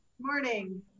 morning